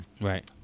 Right